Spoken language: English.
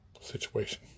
situation